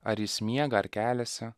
ar jis miega ar keliasi